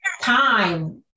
time